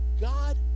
God